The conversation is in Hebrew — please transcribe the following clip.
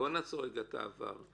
נעצור את העבר.